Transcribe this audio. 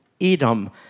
Edom